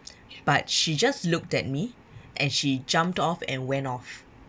but she just looked at me and she jumped off and went off